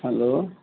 hello